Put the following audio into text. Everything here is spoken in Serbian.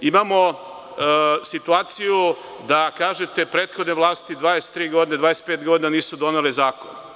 Imamo situaciju da kažete da prethodne vlasti 23, 25 godina nisu donele zakon.